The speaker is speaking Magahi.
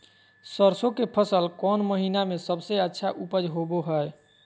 सरसों के फसल कौन महीना में सबसे अच्छा उपज होबो हय?